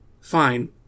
Fine